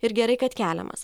ir gerai kad keliamas